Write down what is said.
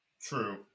True